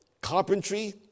carpentry